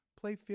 Play